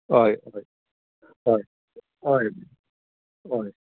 हय हय हय हय